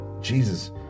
Jesus